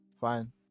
Fine